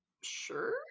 Sure